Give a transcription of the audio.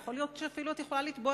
יכול להיות שאת אפילו יכולה לתבוע